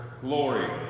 glory